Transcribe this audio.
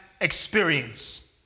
experience